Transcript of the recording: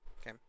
okay